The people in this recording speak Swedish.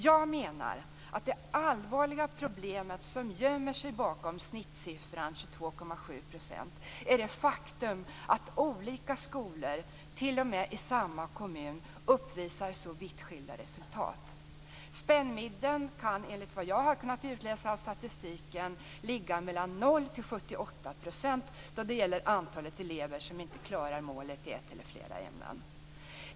Jag menar att det allvarliga problem som gömmer sig bakom snittsiffran 22,7 % är det faktum att olika skolor t.o.m. i samma kommun uppvisar så vitt skilda resultat. Spännvidden kan enligt vad jag har kunnat utläsa av statistiken ligga mellan 0 och 78 % då det gäller antalet elever som inte klarar målet i ett eller fler ämnen.